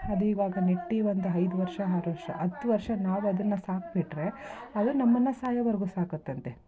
ಅದಿವಾಗ ನೆಟ್ಟು ಒಂದು ಐದು ವರ್ಷ ಆರು ವರ್ಷ ಹತ್ತು ವರ್ಷ ನಾವು ಅದನ್ನು ಸಾಕಿಬಿಟ್ರೆ ಅದು ನಮ್ಮನ್ನು ಸಾಯೋವರೆಗು ಸಾಕುತ್ತಂತೆ